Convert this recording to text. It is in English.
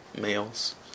males